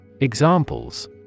Examples